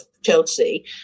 Chelsea